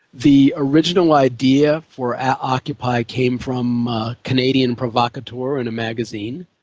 the original idea for occupy came from a canadian provocateur in a magazine.